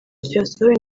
ryasohowe